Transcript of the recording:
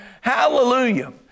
Hallelujah